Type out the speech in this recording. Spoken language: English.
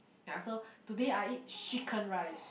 ya so today I eat chicken rice